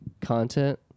content